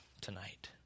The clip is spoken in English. tonight